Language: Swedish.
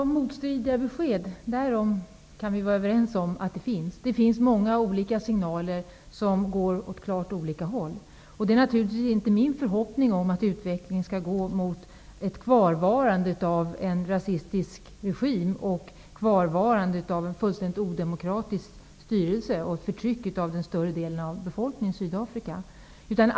Herr talman! Vi kan vara överens om att det finns motstridiga besked. Det finns många olika signaler som går åt klart olika håll. Det är naturligtvis inte min förhoppning att utvecklingen skall gå mot ett kvarvarande av en rasistisk regim och kvarvarande av en fullständigt odemokratisk styrelse och ett förtryck av större delen av befolkningen i Sydafrika.